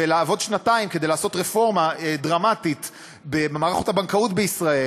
לעבוד שנתיים כדי לעשות רפורמה דרמטית במערכות הבנקאות בישראל